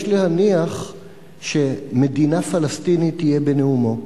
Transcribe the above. יש להניח שמדינה פלסטינית תהיה בנאומו.